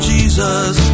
Jesus